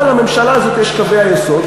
אבל לממשלה הזאת יש קווי יסוד,